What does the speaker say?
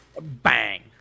Bang